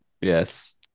Yes